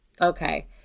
Okay